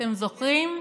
אתם זוכרים?